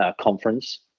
conference